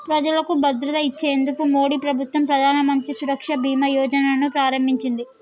ప్రజలకు భద్రత ఇచ్చేందుకు మోడీ ప్రభుత్వం ప్రధానమంత్రి సురక్ష బీమా యోజన ను ప్రారంభించింది